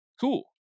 Cool